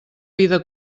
vida